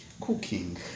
cooking